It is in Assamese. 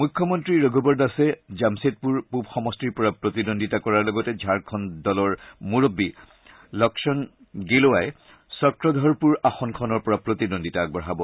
মুখ্যমন্ত্ৰী ৰঘুবৰ দাসে জামছেদপুৰ পুব সমষ্টিৰ পৰা প্ৰতিদ্বন্দ্বিতা কৰাৰ লগতে ঝাৰখণ্ড দলৰ মূৰববী লক্ষণ গিলোৱাই চক্ৰধৰপূৰ আসনখনৰ পৰা প্ৰতিদ্বন্দ্বিতা আগবঢ়াব